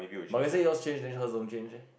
but let say yours change then hers don't change leh